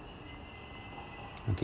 okay